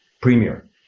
premier